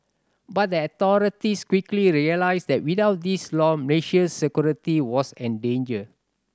but the authorities quickly realised that without this law Malaysia's security was endangered